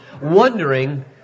wondering